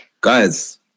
Guys